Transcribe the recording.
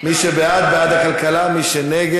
מי שבעד, בעד ועדת הכלכלה, מי שנגד,